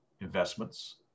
investments